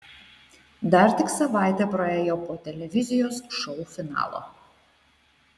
dar tik savaitė praėjo po televizijos šou finalo